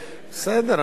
אנחנו נמתין,